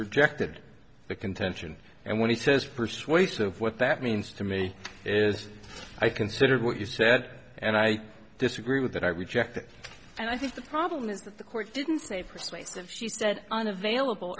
rejected the contention and when he says persuasive what that means to me is i considered what you said and i disagree with that i reject it and i think the problem is that the court didn't say persuasive she said unavailable